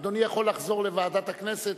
אדוני יכול לחזור לוועדת הכנסת,